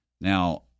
Now